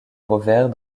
rovers